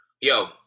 Yo